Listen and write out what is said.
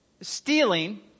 stealing